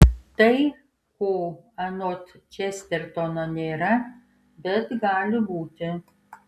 tai ko anot čestertono nėra bet gali būti